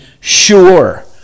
sure